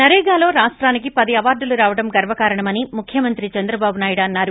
నరేగాలో రాష్టానికి పది అవార్డులు రావడం గర్వకారణమని ముఖ్యమంత్రి చంద్రబాబు నాయుడు అన్నారు